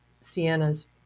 Sienna's